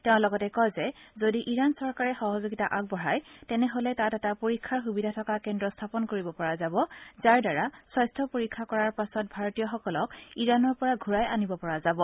তেওঁ লগতে কয় যে যদি ইৰাণ চৰকাৰে সহযোগিতা আগবঢ়ায় তেনেহলে তাত এটা পৰীক্ষাৰ সুবিধা থকা কেন্দ্ৰ স্থাপন কৰিব পৰা যাব যাৰ দ্বাৰা স্বাস্থ্য পৰীক্ষা কৰাৰ পাছত ভাৰতীয়সকলক ইৰাণৰ পৰা ঘূৰাই আনিব পৰা যাব